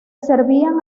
servían